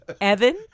Evan